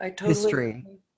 history